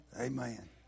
Amen